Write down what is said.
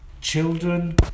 children